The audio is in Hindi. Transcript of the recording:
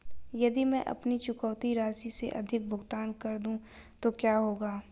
यदि मैं अपनी चुकौती राशि से अधिक भुगतान कर दूं तो क्या होगा?